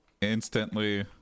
instantly